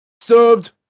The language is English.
Served